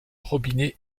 robinet